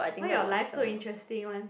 why your life so interesting one